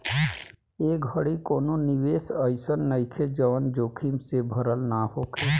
ए घड़ी कवनो निवेश अइसन नइखे जवन जोखिम से भरल ना होखे